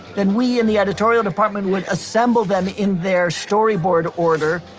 then we and the editorial department would assemble them in their storyboard order,